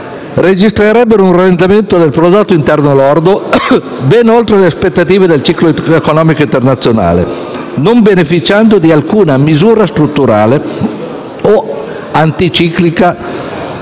registrerebbero un rallentamento del prodotto interno lordo ben oltre le aspettative sul ciclo economico internazionale, non beneficiando di alcuna misura strutturale o anticiclica